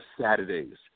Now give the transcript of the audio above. Saturdays